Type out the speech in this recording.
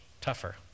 tougher